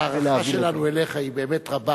ההערכה שלנו אליך היא באמת רבה,